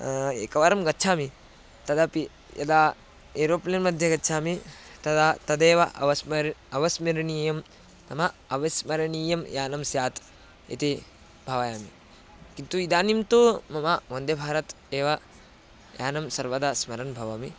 एकवारं गच्छामि तदपि यदा एरोप्लेन् मध्ये गच्छामि तदा तदेव अवस्मर् अविस्मरणीयं नाम अविस्मरणीयं यानं स्यात् इति भावयामि किन्तु इदानीं तु मम वन्दे भारत् एव यानं सर्वदा स्मरन् भवामि